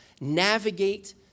navigate